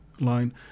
line